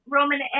Roman